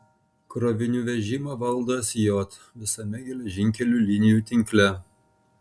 krovinių vežimą valdo sj visame geležinkelių linijų tinkle